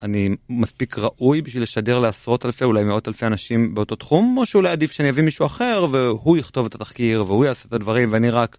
מנחם מענדל פליישער גר בצפת עיר הקודש במנחם בגין